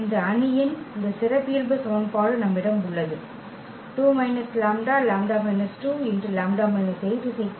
இந்த அணியின் இந்த சிறப்பியல்பு சமன்பாடு நம்மிடம் உள்ளது ⇒ 2 λ λ 2 λ 8 0